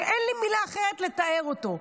שאין לי מילה אחרת לתאר אותו,